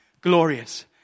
glorious